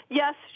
yes